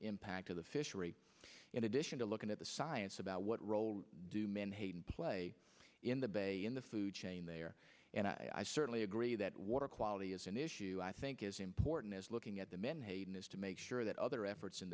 impact of the fishery in addition to looking at the science about what role do menhaden play in the bay in the food chain and i certainly agree that water quality is an issue i think as important as looking at the menhaden is to make sure that other efforts in